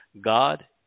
God